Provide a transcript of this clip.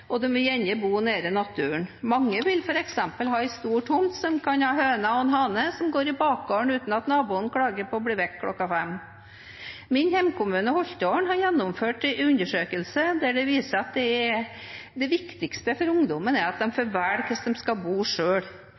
og de vil gjerne bo nær naturen. Mange vil f.eks. ha en stor tomt, slik at en kan ha høner og en hane som går i bakgården uten at naboen klager på å bli vekt kl. 5. Min hjemkommune, Holtålen, har gjennomført en undersøkelse som viser at det viktigste for ungdommen er at de får velge hvordan de skal bo